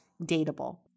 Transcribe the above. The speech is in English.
dateable